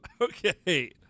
Okay